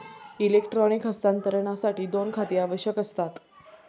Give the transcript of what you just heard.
electronic हस्तांतरणासाठी दोन खाती आवश्यक असतात